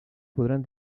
podran